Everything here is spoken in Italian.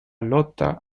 lotta